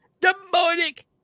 Demonic